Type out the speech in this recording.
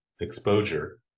exposure